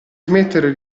smettere